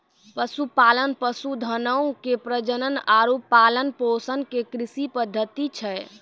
पशुपालन, पशुधनो के प्रजनन आरु पालन पोषण के कृषि पद्धति छै